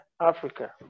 Africa